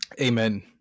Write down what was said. amen